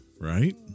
Right